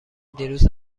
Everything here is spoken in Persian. دیروز